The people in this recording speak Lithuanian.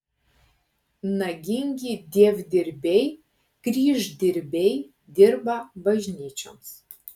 nagingi dievdirbiai kryždirbiai dirba bažnyčioms